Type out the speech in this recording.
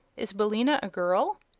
is billina a girl?